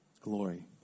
glory